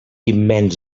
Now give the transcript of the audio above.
immens